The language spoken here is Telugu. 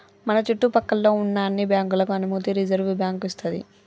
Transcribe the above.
మన చుట్టు పక్కల్లో ఉన్న అన్ని బ్యాంకులకు అనుమతి రిజర్వుబ్యాంకు ఇస్తది